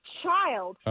child